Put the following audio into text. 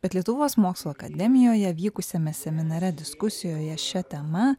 bet lietuvos mokslų akademijoje vykusiame seminare diskusijoje šia tema